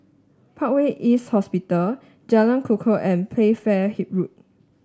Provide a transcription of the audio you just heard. Parkway East Hospital Jalan Kukoh and Playfair Road